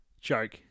Joke